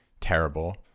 terrible